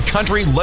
Country